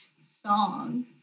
song